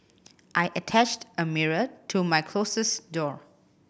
I attached a mirror to my closet door